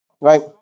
Right